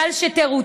גל של תירוצים,